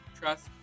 trust